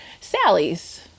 Sally's